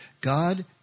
God